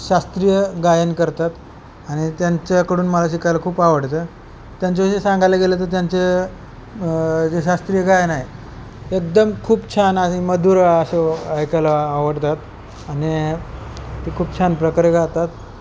शास्त्रीय गायन करतात आणि त्यांच्याकडून मला शिकायला खूप आवडतं त्यांच्याविशी सांगायला गेलं तर त्यांचे जे शास्त्रीय गायन आहे एकदम खूप छान आ मधुर असे ऐकायला आवडतात आणि ते खूप छान प्रकारे गातात